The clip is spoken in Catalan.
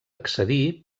accedir